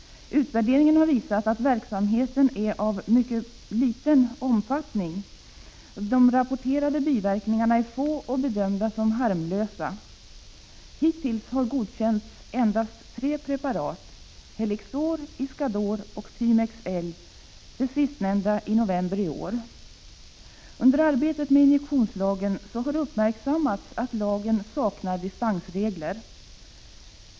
Utvärderingen har visat att verksamheten är av mycket liten omfattning. De rapporterade biverkningarna är få och bedömda som harmlösa. Hittills har godkänts endast tre preparat: Helixor, Iscador och Thymex L, det sistnämnda i november i år. Under arbetet med injektionslagen har uppmärksammats att lagen saknar dispensregler.